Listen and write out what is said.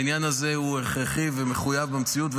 העניין הזה הוא הכרחי ומחויב המציאות,